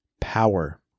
power